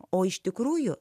o iš tikrųjų